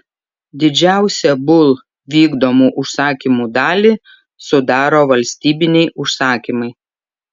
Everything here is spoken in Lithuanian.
didžiausią bull vykdomų užsakymų dalį sudaro valstybiniai užsakymai